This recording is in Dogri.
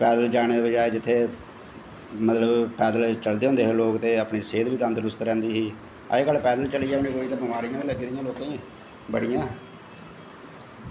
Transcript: जानें दे बाद जित्थें मतलव पैद्दल चलदे हे लोग ते अपनी सेह्त बी ठीक रैंह्दी ही अज्ज कल पैद्दल चलन चे बमारियां इयां बी लग्गी दियां लोकें गी